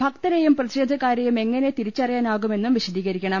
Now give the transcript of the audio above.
ഭക്തരെയും പ്രതിഷേധക്കാരെയും എങ്ങനെ തിരി ച്ചറിയാനാകുമെന്നും വിശദീകരിക്കണം